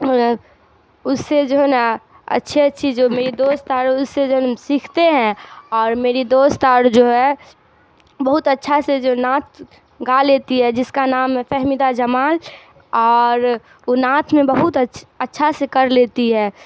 اس سے جو ہے نا اچھی اچھی جو میری دوست اور اس سے جو ہے نا ہم سیکھتے ہیں اور میری دوست اور جو ہے بہت اچھا سے جو نعت گا لیتی ہے جس کا نام ہے فہمیدہ جمال اور وہ نعت میں بہت اچھا اچھا سے کر لیتی ہے